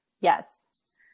Yes